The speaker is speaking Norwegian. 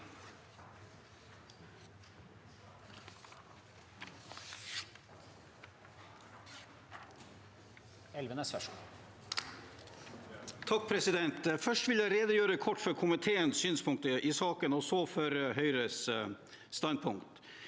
for saken): Først vil jeg redegjøre kort for komiteens synspunkter i saken, og så for Høyres standpunkt.